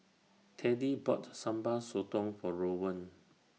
Teddie bought Sambal Sotong For Rowan